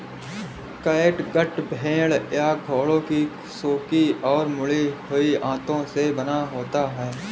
catgut भेड़ या घोड़ों की सूखी और मुड़ी हुई आंतों से बना होता है